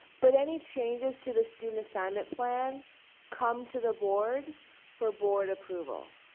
but any changes to the student assignment plan come to the board for board approval.